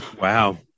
Wow